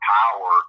power